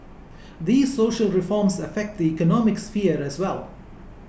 these social reforms affect the economic sphere as well